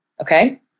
okay